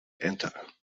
enter